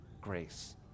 Grace